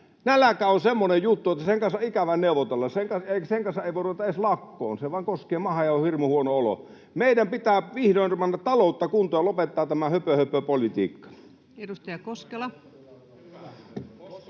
Nälkä on semmoinen juttu, että sen kanssa on ikävä neuvotella. Sen kanssa ei voi edes ruveta lakkoon. Se vain koskee mahaan ja on hirmu huono olo. Meidän pitää vihdoin panna taloutta kuntoon ja lopettaa tämä höpöhöpöpolitiikka. [Oikealta: